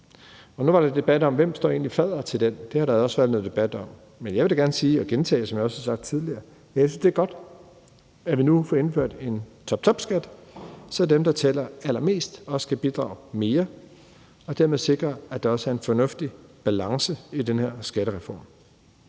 Nu var der en debat om, hvem der egentlig står fadder til den. Men jeg vil da gerne sige og gentage det, jeg også har sagt tidligere, at jeg synes, det er godt, at vi nu får indført en toptopskat, så dem, der tjener allermest, også skal bidrage mere og dermed sikre, at der også er en fornuftig balance i den her skattereform.